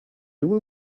you